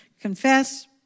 Confess